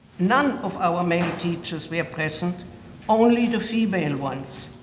none of our male teachers were present only the female ones.